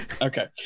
okay